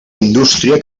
indústria